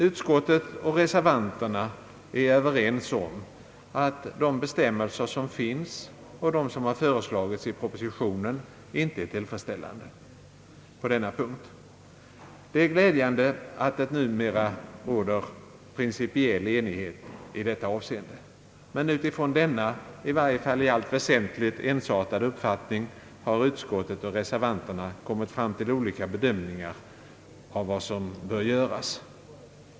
Utskottet och reservanterna är överens om att de bestämmelser som finns och de som föreslagits i propositionen inte är tillfredsställande på denna punkt. Det är glädjande att det numera råder principiell enighet i detta avseende, Men utifrån denna — i varje fall i allt väsentligt — ensartade uppfattning har utskottet och reservanterna kommit fram till olika bedömningar av vad som bör göras.